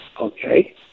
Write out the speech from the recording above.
okay